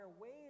ways